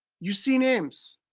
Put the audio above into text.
you see names.